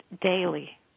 daily